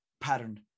pattern